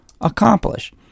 accomplish